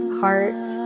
heart